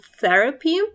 therapy